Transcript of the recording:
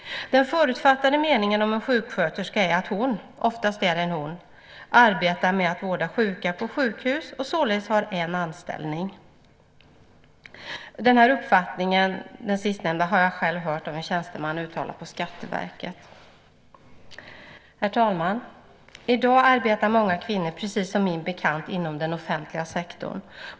Den förutfattade meningen om en sjuksköterska är att hon - oftast är det hon - arbetar med att vårda sjuka på sjukhus och således har en anställning. Den sistnämnda uppfattningen har jag själv hört en tjänsteman på Skatteverket uttala. Herr talman! I dag arbetar många kvinnor, precis som min bekant, inom den offentliga sektorn.